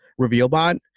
RevealBot